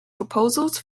proposals